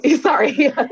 sorry